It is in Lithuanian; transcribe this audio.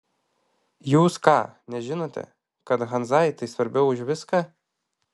jūs ką nežinote kad hanzai tai svarbiau už viską